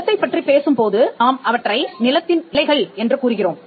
நிலத்தைப் பற்றிப் பேசும்போது நாம் அவற்றை நிலத்தின் எல்லைகள் என்று கூறுகிறோம்